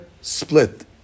split